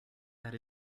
that